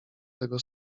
tego